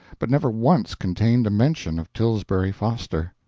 but never once contained a mention of tilbury foster.